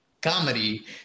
comedy